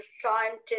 scientists